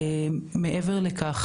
מעבר לכך,